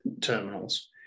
terminals